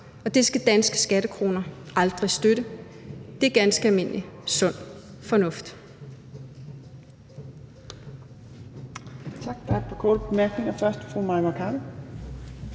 og det skal danske skattekroner aldrig understøtte. Det er ganske almindelig sund fornuft.